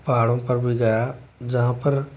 पहाड़ों पर भी गया जहाँ पर